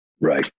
Right